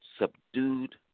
subdued